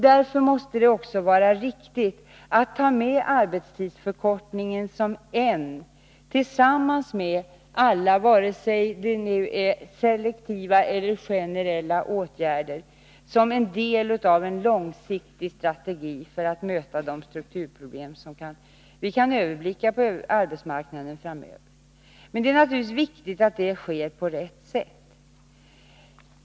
Därför måste det vara riktigt att ta med arbetstidsförkortningen som en del — tillsammans med alla åtgärder, vare sig de nu är selektiva eller generella — av en långsiktig strategi för att möta de strukturproblem som vi kan överblicka på arbetsmarknaden framöver. Men det är naturligtvis viktigt att det sker på rätt sätt.